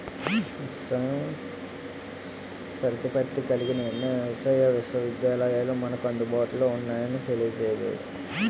స్వయం ప్రతిపత్తి కలిగిన ఎన్నో వ్యవసాయ విశ్వవిద్యాలయాలు మనకు అందుబాటులో ఉన్నాయని తెలియలేదే